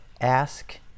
Ask